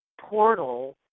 portal